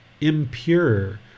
impure